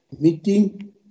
meeting